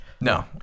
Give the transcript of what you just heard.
No